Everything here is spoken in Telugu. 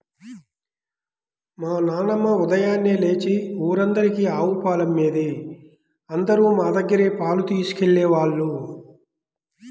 మా నాన్నమ్మ ఉదయాన్నే లేచి ఊరందరికీ ఆవు పాలమ్మేది, అందరూ మా దగ్గరే పాలు తీసుకెళ్ళేవాళ్ళు